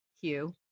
Hugh